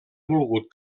volgut